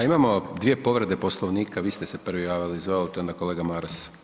A imamo dvije povrede Poslovnika, vi ste se prvi javili, izvolite, onda kolega Maras.